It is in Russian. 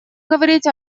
говорить